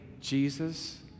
Jesus